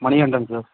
Manikandan sir